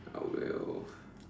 I will